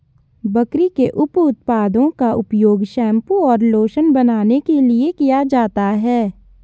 बकरी के उप उत्पादों का उपयोग शैंपू और लोशन बनाने के लिए किया जाता है